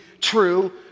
true